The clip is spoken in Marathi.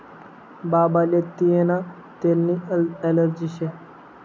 बाबाले तियीना तेलनी ॲलर्जी शे